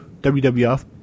WWF